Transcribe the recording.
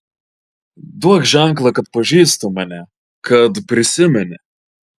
duok ženklą kad pažįsti mane kad prisimeni